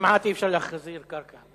כמעט אי-אפשר להחזיר קרקע.